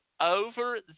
over